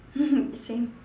same